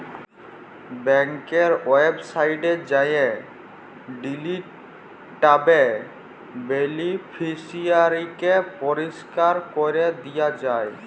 ব্যাংকের ওয়েবসাইটে যাঁয়ে ডিলিট ট্যাবে বেলিফিসিয়ারিকে পরিষ্কার ক্যরে দিয়া যায়